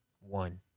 One